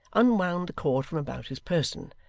unwound the cord from about his person,